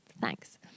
Thanks